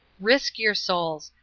risk your souls!